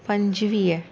पंजुवीह